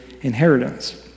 inheritance